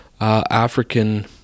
African